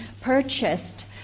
purchased